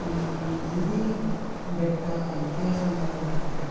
ಈ ನಂದಿ ಬೆಟ್ಟ ಇತಿಹಾಸ ನೋಡೋದಾದರೆ